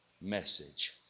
message